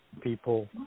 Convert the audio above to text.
people